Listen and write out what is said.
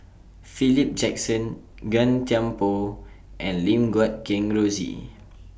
Philip Jackson Gan Thiam Poh and Lim Guat Kheng Rosie